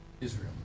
Israel